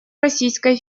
российской